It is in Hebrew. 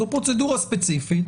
זו פרוצדורה ספציפית,